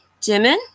Jimin